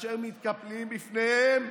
כאשר מתקפלים בפניהם,